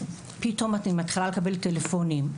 ופתאום אני מתחילה לקבל טלפונים.